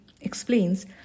explains